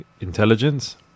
intelligence